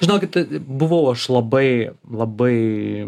žinokite buvau aš labai labai